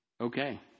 Okay